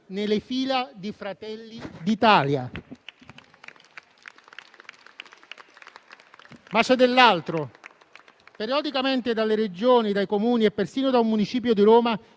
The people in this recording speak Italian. nelle fila di Fratelli d'Italia. Ma c'è dell'altro. Periodicamente dalle Regioni, dai Comuni e persino da un Municipio di Roma